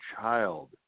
child